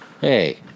Hey